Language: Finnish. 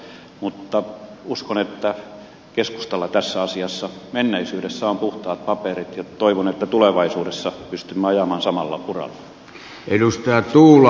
mutta uskon että keskustalla tässä asiassa menneisyydessä on puhtaat paperit ja toivon että tulevaisuudessa pystymme ajamaan samalla uralla